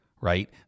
right